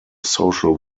social